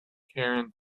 karen